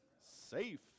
Safe